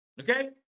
Okay